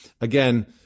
Again